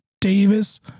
Davis